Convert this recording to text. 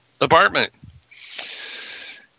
apartment